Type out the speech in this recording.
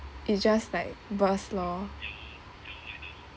it's just like burst lor